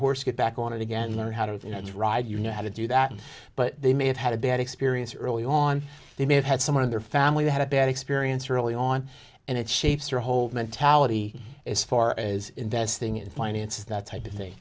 horse get back on it again learn how to ride you know how to do that but they may have had a bad experience early on they may have had someone of their family who had a bad experience or early on and it shapes your whole mentality as far as investing in finances that type of thing